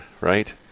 right